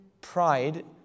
pride